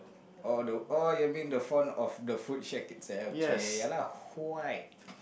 oh the oh you mean the font of the food shack itself chey ya lah white